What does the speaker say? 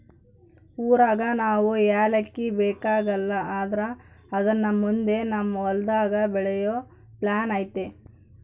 ಊರಾಗ ನಾವು ಯಾಲಕ್ಕಿ ಬೆಳೆಕಲ್ಲ ಆದ್ರ ಅದುನ್ನ ಮುಂದೆ ನಮ್ ಹೊಲದಾಗ ಬೆಳೆಯೋ ಪ್ಲಾನ್ ಐತೆ